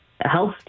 health